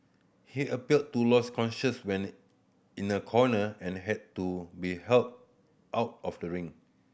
he appeared to lose consciousness when in a corner and had to be helped out of the ring